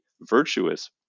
virtuous